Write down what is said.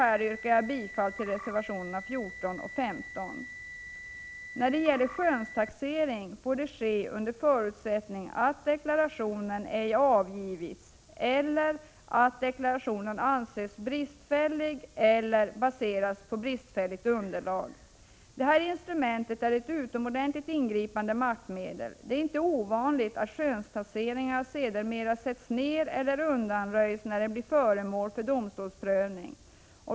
Här yrkar jag bifall till reservationerna 14 och 15. Skönstaxering får ske under förutsättning att deklaration ej avgivits eller att deklarationen anses bristfällig eller baserad på bristfälligt underlag. Detta instrument är ett utomordentligt ingripande maktmedel. Det är inte ovanligt att skönstaxeringar sedermera sätts ned eller undanröjs när de blir föremål för domstolsprövning.